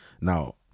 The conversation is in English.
Now